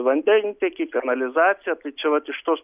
vandentiekį kanalizaciją tai čia vat iš tos